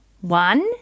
one